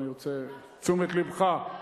אני רוצה את תשומת לבך,